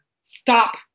Stop